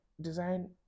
design